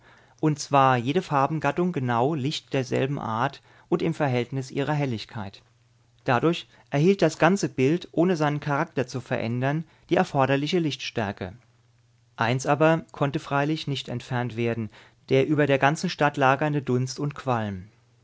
und zwar jede farbengattung genau licht derselben art und im verhältnis ihrer helligkeit dadurch erhielt das ganze bild ohne seinen charakter zu verändern die erforderliche lichtstärke eins aber konnte freilich nicht entfernt werden der über der ganzen stadt lagernde dunst und qualm